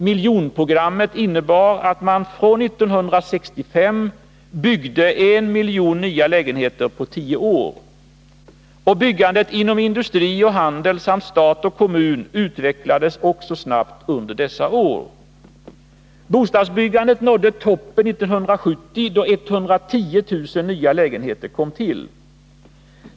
Miljonprogrammet innebar att man från 1965 byggde en miljon nya lägenheter på tio år. Byggandet inom industri och handel samt stat och kommun utvecklades också snabbt under dessa år. Bostadsbyggandet nådde toppen 1970, då 110 000 nya lägenheter kom till.